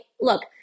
look